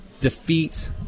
defeat